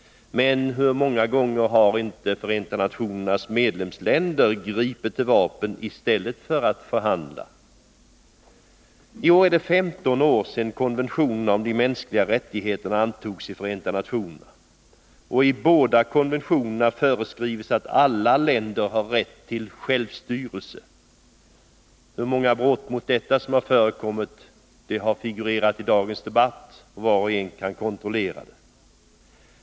Men hur många gånger har inte Förenta nationernas medlemsländer gripit till vapen i stället för att förhandla. I år är det 15 år sedan konventionerna om de mänskliga rättigheterna antogs i Förenta nationerna. I båda konventionerna föreskrivs att alla länder har rätt till självstyre. Att det har förekommit många brott mot dessa konventioner har framgått av dagens debatt, och var och en kan lätt kontrollera dessa fakta.